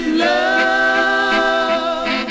love